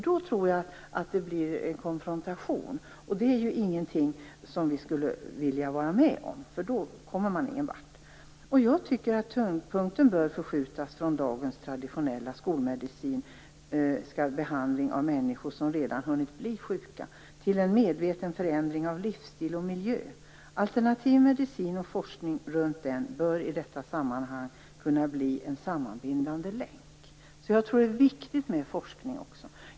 Då tror jag nämligen att det skulle bli konfrontation, och det är ju ingenting som man vill vara med om, för då kommer man ingen vart. Jag tycker att tyngdpunkten bör förskjutas från dagens traditionella skolmedicinska behandling av människor, som redan har hunnit bli sjuka, till en medveten förändring av livsstil och miljö. Alternativ medicin och forskning om denna bör kunna bli en sammanbindande länk. Jag tror att det också är viktigt med forskning.